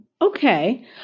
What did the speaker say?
okay